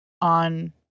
on